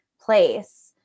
place